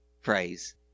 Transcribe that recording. phrase